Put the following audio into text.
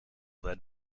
led